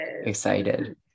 excited